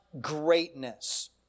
greatness